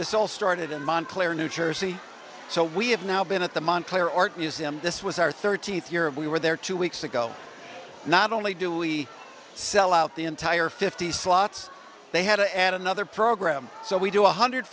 this all started in montclair new jersey so we have now been at the montclair art museum this was our thirtieth year of we were there two weeks ago not only do we sell out the entire fifty slots they had to add another program so we do one hundred